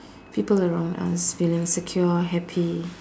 people around us feeling secure happy